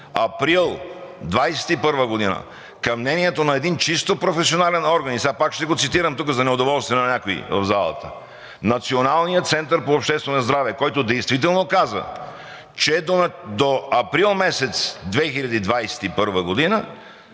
април 2021 г. към мнението на един чисто професионален орган. Пак ще го цитирам тук, за неудоволствие на някой в залата, Националния център по обществено здраве, който действително каза, че до месец април 2021 г.